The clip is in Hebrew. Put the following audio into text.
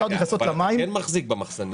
אתה כן מחזיק במחסנים.